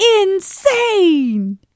insane